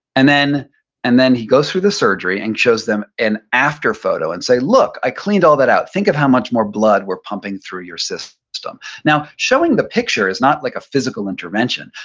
and then and then he goes through the surgery and shows them an after photo and say, look, i cleaned all that out. think of how much more blood we're pumping through your system. now, showing the picture is not like a physical intervention,